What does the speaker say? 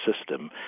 system